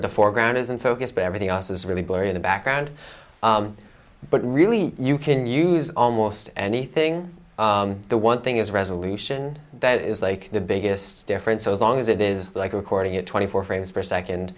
of the foreground is in focus but everything else is really blurry in the background but really you can use almost anything the one thing is resolution that is like the biggest difference so as long as it is like recording it twenty four frames per second